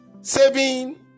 saving